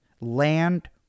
Land